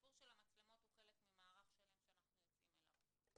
הסיפור של המצלמות הוא חלק ממערך שלם שאנחנו יוצאים אליו.